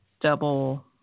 double